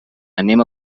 anem